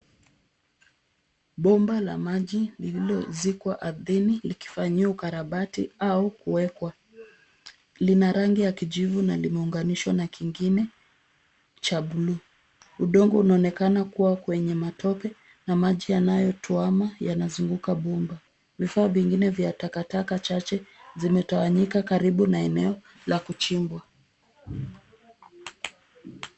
Bomba la maji lililozikwa ardhini likifanyiwa ukarabati au kuwekwa. Lina rangi ya kijivu na limeunganishwa na kingine cha bluu. Udongo unaonekana kuwa kwenye matope na maji yanayotuama yanazunguka bomba. Vifaa vingine vya takataka chache zimetawanyika karibu na eneo la kuchimbwa.